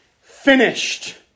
finished